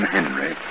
Henry